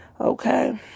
Okay